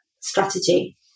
strategy